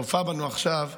צופה בנו עכשיו,